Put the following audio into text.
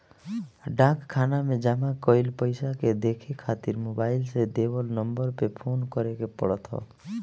डाक खाना में जमा कईल पईसा के देखे खातिर मोबाईल से देवल नंबर पे फोन करे के पड़त ह